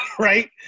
right